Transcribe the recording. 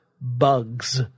Bugs